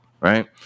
Right